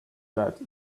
that